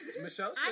Michelle